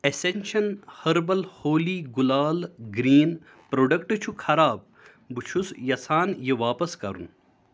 essential herbal Holi گُلال green product چھُ خراب بہٕ چھس یژھان یہِ واپس کرُن